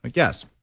like yes,